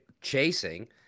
chasing